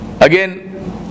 again